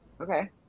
okay